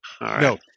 No